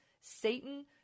Satan